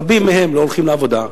רבים מהם לא הולכים לעבודה.